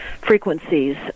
frequencies